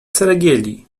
ceregieli